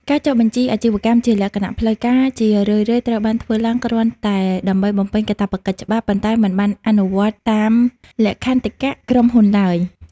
ការចុះបញ្ជីអាជីវកម្មជាលក្ខណៈផ្លូវការជារឿយៗត្រូវបានធ្វើឡើងគ្រាន់តែដើម្បីបំពេញកាតព្វកិច្ចច្បាប់ ប៉ុន្តែមិនបានអនុវត្តតាមលក្ខន្តិកៈក្រុមហ៊ុនឡើយ។